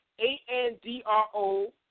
A-N-D-R-O